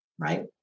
right